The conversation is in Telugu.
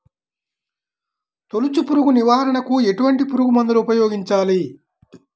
తొలుచు పురుగు నివారణకు ఎటువంటి పురుగుమందులు ఉపయోగించాలి?